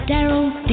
Daryl